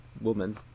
woman